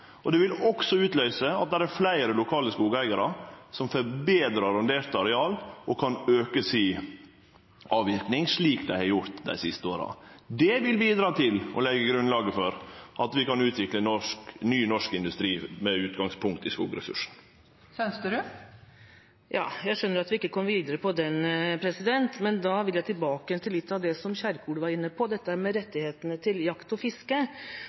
Det vil også utløyse at det er fleire lokale skogeigarar som får betre arrondert areal og kan auke avverkinga, slik dei har gjort dei siste åra. Det vil bidra til å leggje grunnlaget for at vi kan utvikle ny norsk industri med utgangspunkt i skogressursane. Jeg skjønner at vi ikke kommer videre med dette. Men da vil jeg tilbake til litt av det som representanten Kjerkol var inne på, nemlig rettighetene til jakt og fiske.